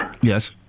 Yes